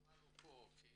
שמענו פה כי